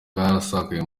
byarasakaye